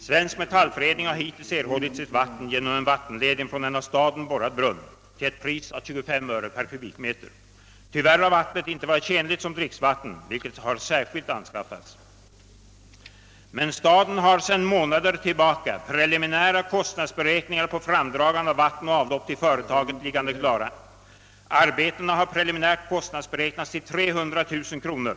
Svensk metallförädling har hittills erhållit sitt vatten genom en vattenledning från en av staden borrad brunn till ett pris av 25 öre per kubikmeter. Tyvärr har vattnet icke varit tjänligt till dricksvatten, utan sådant har anskaffats i särskild ordning. Men staden har sedan månader tillbaka preliminära kostnadsberäkningar för framdragande av vatten och avlopp liggande klara. Arbetena har preliminärt kostnadsberäknats till 300 000 kronor.